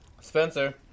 Spencer